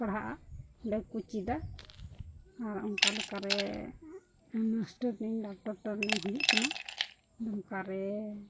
ᱯᱟᱲᱦᱟᱜᱼᱟ ᱚᱸᱰᱮ ᱜᱮᱠᱚ ᱪᱮᱫᱟ ᱟᱨ ᱚᱱᱠᱟ ᱞᱮᱠᱟᱨᱮ ᱱᱟᱨᱥ ᱴᱨᱮᱱᱤᱝ ᱰᱟᱠᱛᱚᱨ ᱴᱨᱮᱱᱤᱝ ᱦᱩᱭᱩᱜ ᱠᱟᱱᱟ ᱫᱩᱢᱠᱟ ᱨᱮ